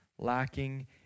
lacking